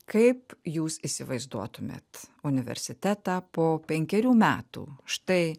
kaip jūs įsivaizduotumėt universitetą po penkerių metų štai